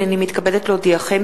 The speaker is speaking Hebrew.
הנני מתכבדת להודיעכם,